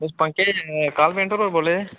तुस पंकज कारपेंटर होर बोल्ला दे